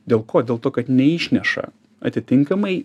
dėl ko dėl to kad neišneša atitinkamai